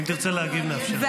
השר, אם תרצה להגיב, נאפשר זאת.